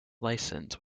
license